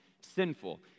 sinful